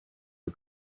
for